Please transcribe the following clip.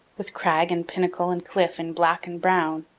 with crag and pinnacle and cliff in black and brown,